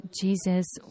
Jesus